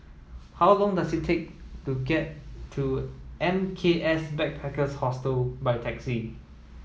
how long does it take to get to M K S Backpackers Hostel by taxi